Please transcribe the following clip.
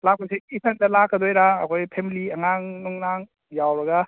ꯂꯥꯛꯄꯁꯤ ꯏꯊꯟꯇ ꯂꯥꯛꯀꯗꯣꯏꯔꯥ ꯑꯩꯈꯣꯏ ꯐꯦꯃꯤꯂꯤ ꯑꯉꯥꯡ ꯅꯨꯡꯅꯥꯡ ꯌꯥꯎꯔꯒ